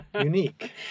unique